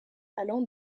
allant